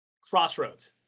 Crossroads